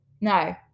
No